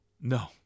No